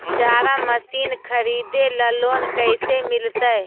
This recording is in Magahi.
चारा मशिन खरीदे ल लोन कैसे मिलतै?